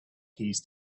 keys